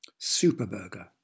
Superburger